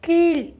கீழ்